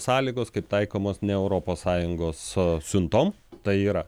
sąlygos kaip taikomos ne europos sąjungos siuntom tai yra